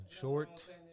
Short